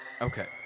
Okay